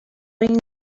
این